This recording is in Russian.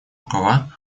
рукава